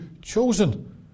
chosen